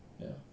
ya